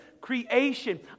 creation